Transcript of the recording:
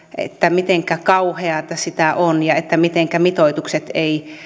mitenkä kauheata sitä on ja mitenkä mitoitukset eivät